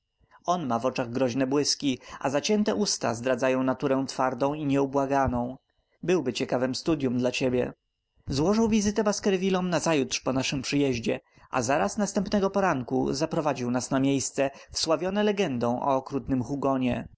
ma w oczach groźne błyski a zacięte usta zdradzają naturę twardą i nieubłaganą byłby ciekawem studyum dla ciebie złożył wizytę baskervillowi nazajutrz po naszym przyjeździe a zaraz następnego poranku zaprowadził nas na miejsce wsławione legendą o okrutnym hugonie